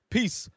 Peace